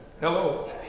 Hello